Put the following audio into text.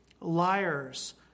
liars